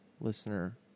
listener